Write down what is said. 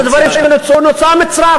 אחד הדברים שנוצרו, נוצר מצרף.